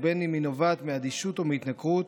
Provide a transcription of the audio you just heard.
ובין אם היא נובעת מאדישות ומהתנכרות,